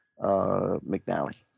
McNally